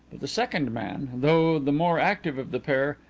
the second man, though the more active of the pair,